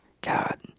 God